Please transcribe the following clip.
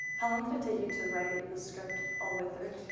how long did it take you to write the script all the way through?